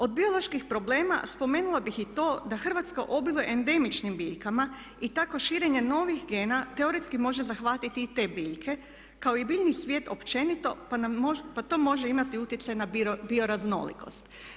Od bioloških problema spomenula bih i to da Hrvatska obiluje endemičnim biljkama i tako širenje novih gena teoretski može zahvatiti i te biljke kao i biljni svijet općenito pa to može imati utjecaj na bio raznolikost.